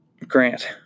Grant